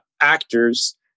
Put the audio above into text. actors